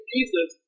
Jesus